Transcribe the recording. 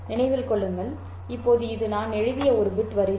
நினைவில் கொள்ளுங்கள் இப்போது இது நான் எழுதிய ஒரு பிட் வரிசை